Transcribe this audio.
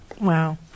Wow